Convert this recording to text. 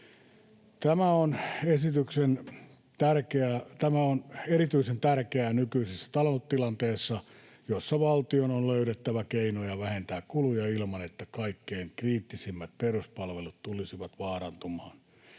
Tämä on erityisen tärkeää nykyisessä taloustilanteessa, jossa valtion on löydettävä keinoja vähentää kuluja ilman, että kaikkein kriittisimmät peruspalvelut tulisivat vaarantumaan.